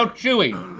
um chewy.